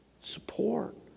Support